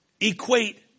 Equate